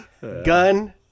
Gun